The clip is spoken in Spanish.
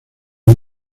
del